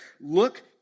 look